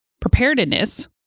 preparedness